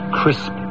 crisp